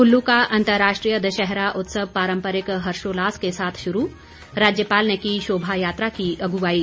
कुल्लू का अंतर्राष्ट्रीय दशहरा उत्सव पारम्परिक हर्षोल्लास के साथ शुरू राज्यपाल ने की शोभा यात्रा की अगुवाई